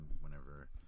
whenever